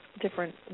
different